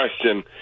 question